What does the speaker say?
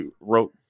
wrote